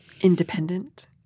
independent